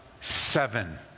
seven